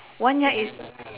one Yard is